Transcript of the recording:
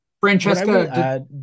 Francesca